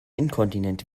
inkontinent